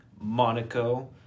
Monaco